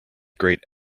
great